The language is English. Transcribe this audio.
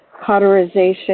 cauterization